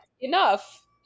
enough